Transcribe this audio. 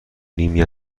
نیمی